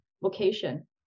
vocation